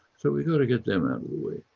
so we got to get them out of the way.